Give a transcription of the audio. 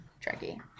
tricky